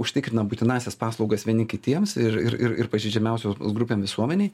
užtikrina būtinąsias paslaugas vieni kitiems ir ir ir ir pažeidžiamiausios grupėm visuomenėj